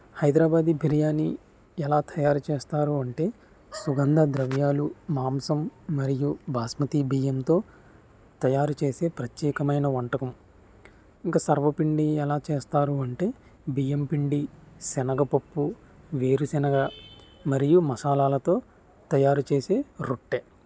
హైదరాబాది బిర్యానీ ఎలా తయారు చేస్తారు అంటే సుగంధ ద్రవ్యాలు మాంసం మరియు బాస్మతి బియ్యంతో తయారు చేసే ప్రత్యేకమైన వంటకం ఇంకా సర్వపిండి ఎలా చేస్తారు అంటే బియ్యం పిండి శనగపప్పు వేరుశెనగ మరియు మసాలాలతో తయారు చేసే రొట్టె